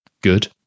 good